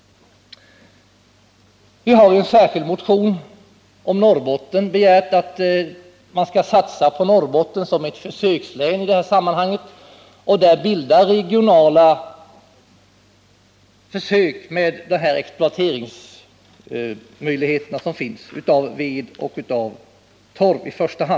Vi har i en särskild motion om Norrbotten begärt att man skall satsa på Norrbotten som ett försökslän i detta sammanhang och där utföra regionala försök med exploatering av i första hand torv.